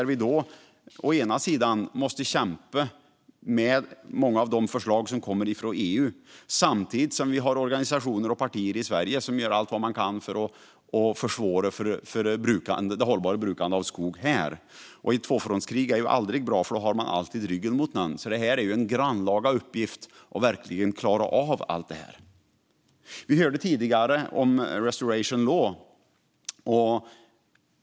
Vi måste kämpa med de många förslag som kommer från EU samtidigt som organisationer och partier i Sverige gör allt de kan för att försvåra brukandet av skog här. Ett tvåfrontskrig är aldrig bra. Då har man alltid ryggen mot någon. Det är verkligen en grannlaga uppgift att klara av allt detta. Vi hörde tidigare om restoration law.